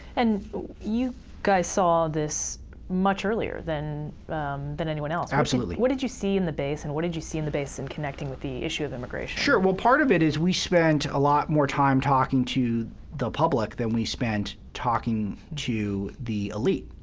and you guys saw this much earlier than than anyone else. absolutely. what did you see in the base, and what did you see in the base in connecting with the issue of immigration? sure. well, part of it is, we spent a lot more time talking to the public than we spent talking to the elite.